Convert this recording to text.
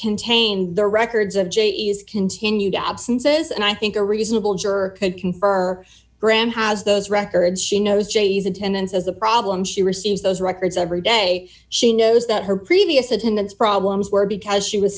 contain the records of jes continued absences and i think a reasonable juror could confer graham has those records she knows jes attendance as a problem she receives those records every day she knows that her previous attendance problems were because she was